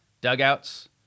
dugouts